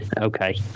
Okay